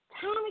Tommy